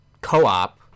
co-op